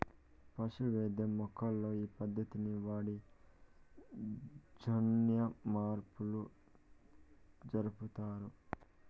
పశు వైద్యం మొక్కల్లో ఈ పద్దతిని వాడి జన్యుమార్పులు జరుపుతారు